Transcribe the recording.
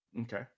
okay